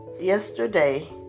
yesterday